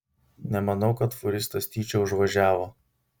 nemanau kad fūristas tyčia užvažiavo